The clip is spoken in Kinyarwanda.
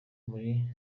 muri